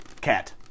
Cat